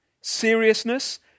seriousness